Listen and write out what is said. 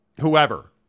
whoever